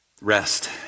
rest